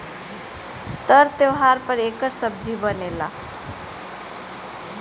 तर त्योव्हार पर एकर सब्जी बनेला